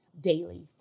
daily